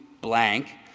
blank